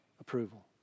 approval